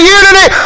unity